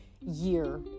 year